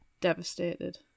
Devastated